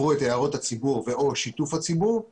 דרישות החוק הן לא רק מפרטים,